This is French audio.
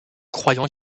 croyant